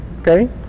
Okay